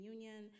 Union